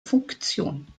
funktion